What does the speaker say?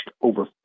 over